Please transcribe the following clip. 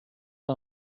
man